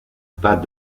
pas